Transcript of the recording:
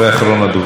יש לך עוד זמן.